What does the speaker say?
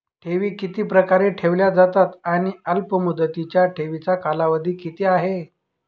ठेवी किती प्रकारे ठेवल्या जातात आणि अल्पमुदतीच्या ठेवीचा कालावधी किती आहे?